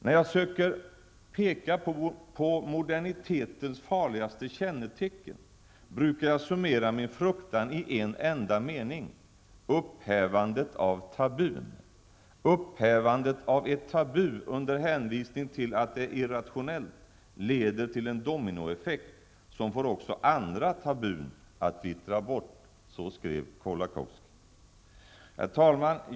När jag försöker peka på modernitetens farligaste kännetecken brukar jag summera min fruktan i en enda mening: Upphävandet av tabun. --Upphävandet av ett tabu, under hänvisning till att det är irrationellt, leder till en dominoeffekt som får också andra tabun att vittra bort. Så skriver Kolakowski. Herr talman!